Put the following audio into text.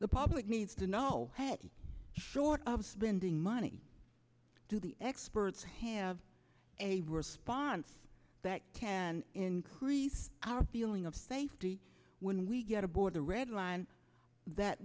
the public needs to know short of spending money do the experts have a response that can increase our feeling of safety when we get aboard a red line that